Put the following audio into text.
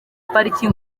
pariki